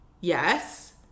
yes